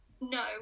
no